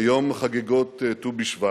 ביום חגיגות ט"ו בשבט,